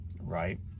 right